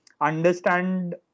understand